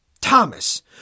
Thomas